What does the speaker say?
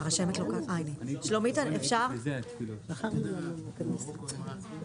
אני פותח את הישיבה.